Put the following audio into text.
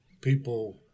people